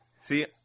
See